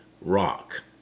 rock